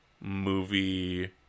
movie